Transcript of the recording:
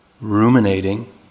ruminating